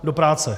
Do práce.